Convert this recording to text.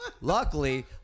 luckily